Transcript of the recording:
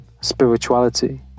spirituality